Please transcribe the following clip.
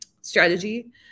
strategy